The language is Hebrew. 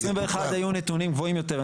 ב-2021 היו נתונים גבוהים יותר.